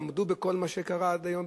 עמדו בכל מה שקרה עד היום,